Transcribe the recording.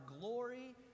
glory